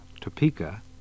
Topeka